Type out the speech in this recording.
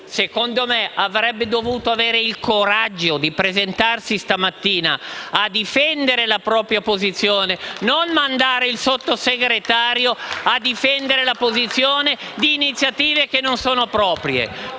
secondo me avrebbe dovuto avere il coraggio di presentarsi stamattina a difendere la propria posizione, non mandare il Sottosegretario a difendere iniziative che non gli sono proprie.